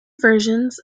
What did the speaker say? versions